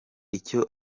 icyo